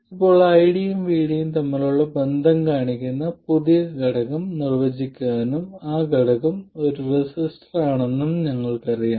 ഇപ്പോൾ ID യും VD യും തമ്മിലുള്ള ബന്ധം കാണിക്കുന്ന ഒരു പുതിയ ഘടകം നിർവചിക്കാമെന്നും ആ ഘടകം ഒരു റെസിസ്റ്ററാണെന്നും ഞങ്ങൾക്കറിയാം